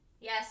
Yes